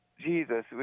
Jesus